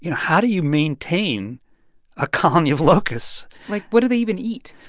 you know how do you maintain a colony of locusts? like, what do they even eat?